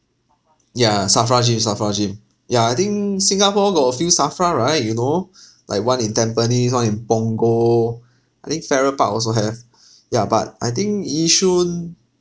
ya SAFRA gym SAFRA gym ya I think singapore got a few SAFRA right you know like one in tampines one in punggol I think farrer park also have ya but I think yishun